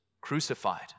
crucified